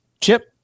Chip